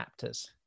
adapters